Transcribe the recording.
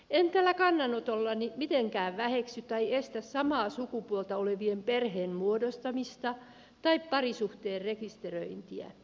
en tällä kannanotollani mitenkään väheksy tai estä samaa sukupuolta olevien perheen muodostamista tai parisuhteen rekisteröintiä